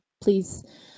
please